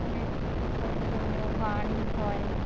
অনেক রকম ধর্মীয় গান হয়